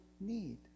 need